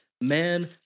Man